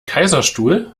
kaiserstuhl